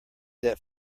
that